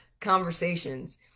conversations